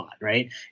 right